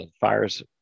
fires